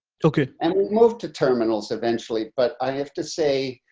took a and move to terminals eventually, but i have to say,